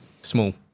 small